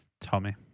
Tommy